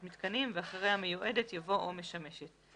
מיתקנים" ואחרי "המיועד" יבוא "או משמשת".